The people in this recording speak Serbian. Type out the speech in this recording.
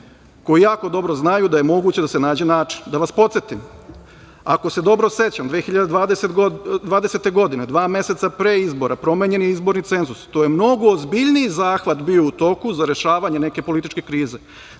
„koji jako dobro znaju da je moguće da se nađe način“.Da vas podsetim, ako se dobro sećam, 2020. godine, dva meseca pre izbora promenjen je izborni cenzus. To je mnogo ozbiljniji zahvat bio u toku za rešavanje neke političke krize.